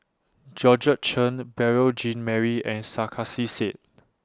Georgette Chen Beurel Jean Marie and Sarkasi Said